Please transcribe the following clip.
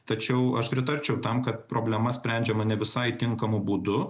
tačiau aš pritarčiau tam kad problema sprendžiama ne visai tinkamu būdu